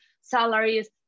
salaries